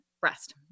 breast